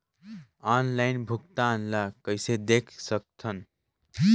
Online भुगतान ल कइसे देख सकथन?